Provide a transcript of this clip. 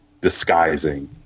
disguising